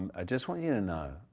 i just want you to know,